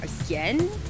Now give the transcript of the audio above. again